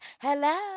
hello